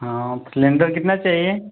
हाँ सिलेंडर कितना चाहिए